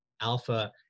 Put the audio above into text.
alpha